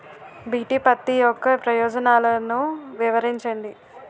BT పత్తి యొక్క ప్రయోజనాలను వివరించండి?